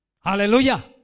Hallelujah